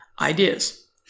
ideas